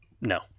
No